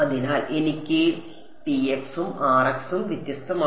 അതിനാൽ എനിക്ക് Tx ഉം Rx ഉം വ്യത്യസ്തമാണ്